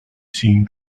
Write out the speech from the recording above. seen